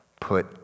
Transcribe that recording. put